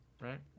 right